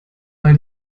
mal